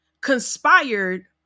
conspired